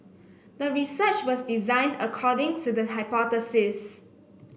the research was designed according to the hypothesis